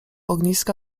ogniska